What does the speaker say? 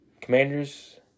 Commanders